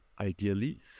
ideally